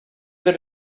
that